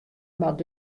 moat